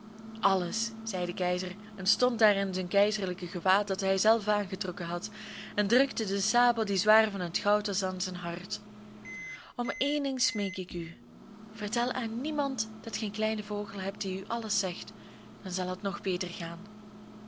alles zei de keizer en stond daar in zijn keizerlijk gewaad dat hij zelf aangetrokken had en drukte de sabel die zwaar van het goud was aan zijn hart om één ding smeek ik u vertel aan niemand dat ge een kleinen vogel hebt die u alles zegt dan zal het nog beter gaan